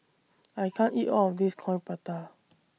I can't eat All of This Coin Prata